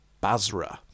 basra